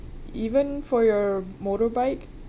even for your motorbike